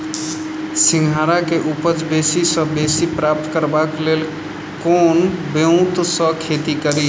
सिंघाड़ा केँ उपज बेसी सऽ बेसी प्राप्त करबाक लेल केँ ब्योंत सऽ खेती कड़ी?